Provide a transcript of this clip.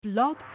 Blog